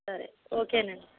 సరే ఓకేనండి